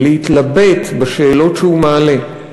להתלבט בשאלות שהוא מעלה,